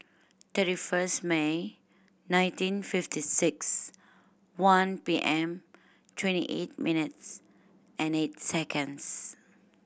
thirty first May nineteen fifty six one P M twenty eight minutes and eight seconds